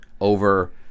over